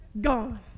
Gone